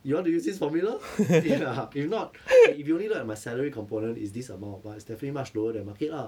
you want to use this formula ya if not okay if you only look at my salary component is this amount but it's definitely much lower than market lah